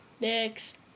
next